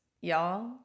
y'all